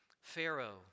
Pharaoh